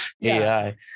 AI